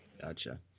Gotcha